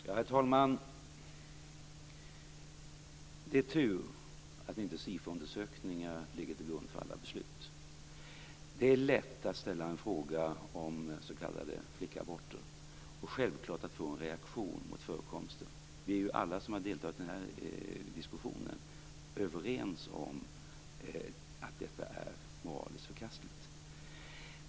Herr talman! Det är tur att inte SIFO undersökningar ligger till grund för alla beslut. Det är lätt att ställa en fråga om s.k. flickaborter och självklart få en reaktion mot förekomsten. Vi är alla som har deltagit i denna diskussion överens om att detta är moraliskt förkastligt.